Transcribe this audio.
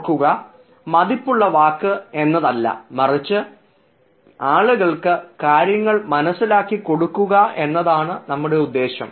ഓർക്കുക മതിപ്പുള്ള വാക്ക് എന്നതല്ല മറിച്ച് ആളുകൾക്ക് കാര്യങ്ങൾ മനസ്സിലാക്കി കൊടുക്കുക എന്നതാണ് നമ്മുടെ ഉദ്ദേശം